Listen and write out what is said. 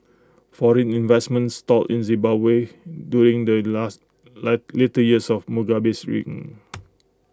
foreign investment stalled in Zimbabwe during the last later years of Mugabe's reign